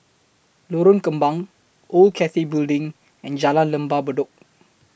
Lorong Kembang Old Cathay Building and Jalan Lembah Bedok